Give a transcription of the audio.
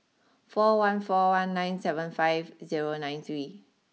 four one four one nine seven five zero nine three